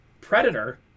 predator